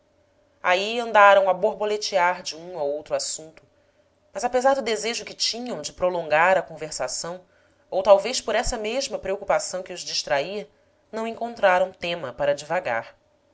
aí andaram a borboletear de um a outro assunto mas apesar do desejo que tinham de prolongar a conversação ou talvez por essa mesma preocupação que os distraía não encontraram tema para divagar